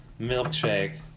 milkshake